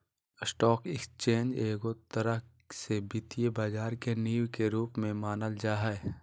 stock exchange एगो तरह से वित्तीय बाजार के नींव के रूप मे मानल जा हय